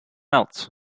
else